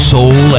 Soul